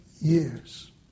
years